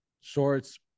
shorts